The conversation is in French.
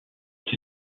ont